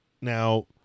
Now